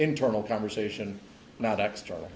internal conversation not extra